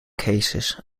cases